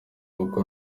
uko